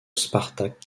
spartak